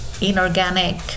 inorganic